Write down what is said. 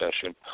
session